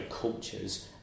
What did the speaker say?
cultures